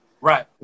right